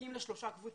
שמתחלקים לשלוש קבוצות: